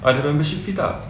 other membership fee tak